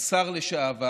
השר לשעבר